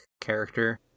character